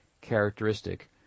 characteristic